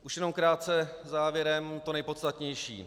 Už jenom krátce závěrem to nejpodstatnější.